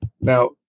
Now